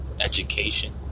education